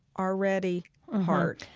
already heart,